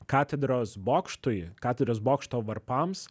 katedros bokštui katedros bokšto varpams